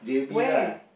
where